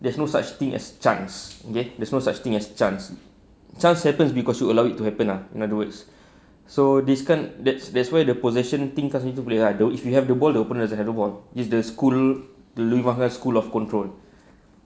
there's no such thing as chance okay there's no such thing as chance chance happens cause you allow it to happen ah in other words so this kind that's that's why the possession thing cause me to play hard though if you have the ball the opponents have the ball it's the school louis van gaal school of control